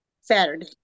Saturday